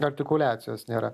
artikuliacijos nėra